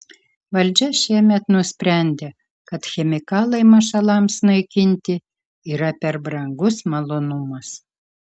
valdžia šiemet nusprendė kad chemikalai mašalams naikinti yra per brangus malonumas